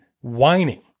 whining